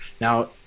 Now